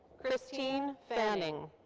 christine fanning.